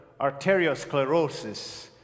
arteriosclerosis